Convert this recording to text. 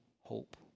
hope